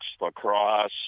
lacrosse